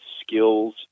skills